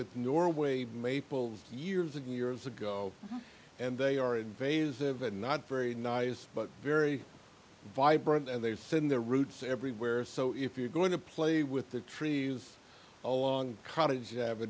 with norway maples years ago years ago and they are invasive and not very nice but very vibrant and they send their roots everywhere so if you are going to play with the truth all along cottage